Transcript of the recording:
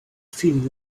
feeling